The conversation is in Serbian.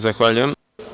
Zahvaljujem.